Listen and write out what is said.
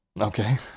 Okay